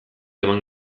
eman